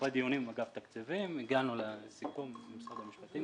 אחרי דיונים עם אגף תקציבים הגענו לסיכום עם משרד המשפטים